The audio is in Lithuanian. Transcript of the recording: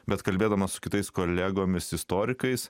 bet kalbėdamas su kitais kolegomis istorikais